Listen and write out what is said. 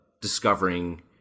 discovering